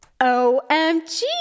OMG